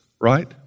right